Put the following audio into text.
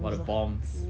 what a bombs